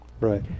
Right